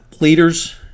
leaders